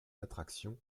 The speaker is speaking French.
d’attractions